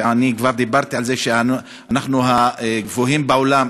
ואני כבר דיברתי על זה שאנחנו הגבוהים בעולם,